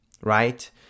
right